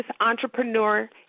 entrepreneur